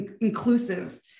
inclusive